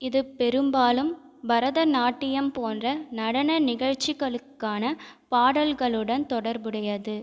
இது பெரும்பாலும் பரதநாட்டியம் போன்ற நடன நிகழ்ச்சிகளுக்கான பாடல்களுடன் தொடர்புடையது